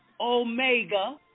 Omega